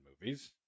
movies